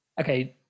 Okay